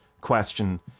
question